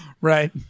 Right